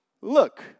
Look